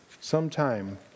sometime